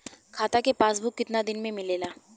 खाता के पासबुक कितना दिन में मिलेला?